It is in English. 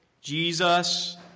Jesus